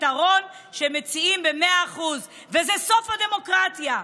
הפתרון שהם מציעים הוא סוף הדמוקרטיה.